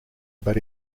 but